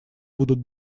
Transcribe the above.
будут